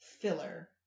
filler